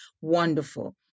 Wonderful